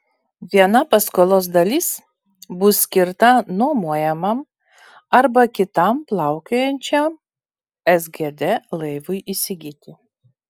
viena paskolos dalis bus skirta nuomojamam arba kitam plaukiojančiam sgd laivui įsigyti